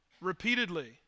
repeatedly